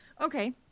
Okay